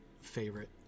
favorite